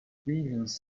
williams